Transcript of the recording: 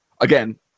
again